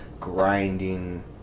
grinding